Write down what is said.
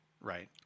right